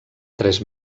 tres